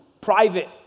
private